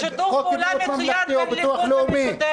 שיתוף פעולה מצוין בין הליכוד למשותפת,